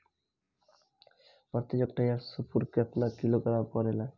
प्रति हेक्टेयर स्फूर केतना किलोग्राम परेला?